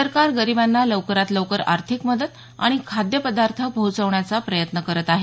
सरकार गरिबांना लवकरात लवकर आर्थिक मदत आणि खाद्यपदारथ पोहचवण्याचा प्रयत्न करत आहे